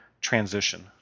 transition